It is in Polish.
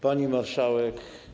Pani Marszałek!